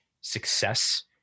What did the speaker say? success